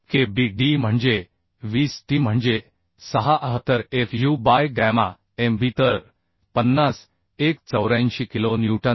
5 K b d म्हणजे 20 t म्हणजे 6 आह तर f u by gamma m b तर 50 184 किलो न्यूटन